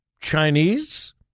Chinese